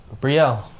Brielle